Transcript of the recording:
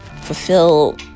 fulfill